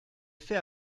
fait